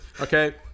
Okay